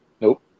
Nope